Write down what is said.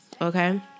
okay